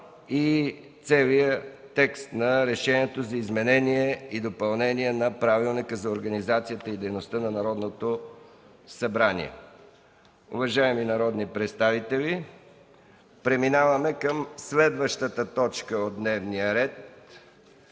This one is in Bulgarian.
и целият текст на Решението за изменение и допълнение на Правилника за организацията и дейността на Народното събрание. Уважаеми народни представители, преминаваме към следващата точка от дневния ред,